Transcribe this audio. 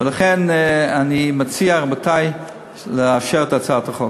ולכן אני מציע, רבותי, לאשר את הצעת החוק.